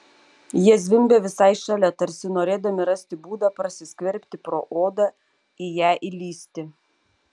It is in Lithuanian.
jie zvimbė visai šalia tarsi norėdami rasti būdą prasiskverbti pro odą į ją įlįsti